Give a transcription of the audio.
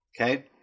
okay